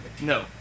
No